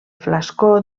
flascó